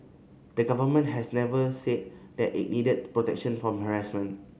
the Government has never said that it needed protection from harassment